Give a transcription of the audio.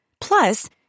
Plus